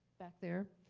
back there.